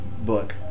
book